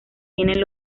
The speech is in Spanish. tienen